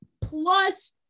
Plus